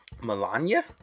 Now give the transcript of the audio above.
Melania